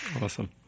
Awesome